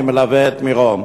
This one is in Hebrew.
אני מלווה את מירון,